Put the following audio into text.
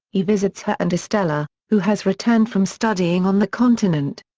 he visits her and estella, who has returned from studying on the continent.